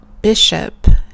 bishop